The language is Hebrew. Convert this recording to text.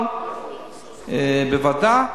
אבל בוועדה,